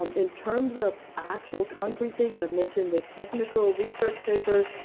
um in terms of actual concrete things, i've mentioned the technical research papers.